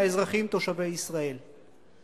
האזרחים תושבי ישראל.